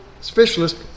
specialist